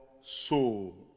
soul